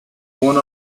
one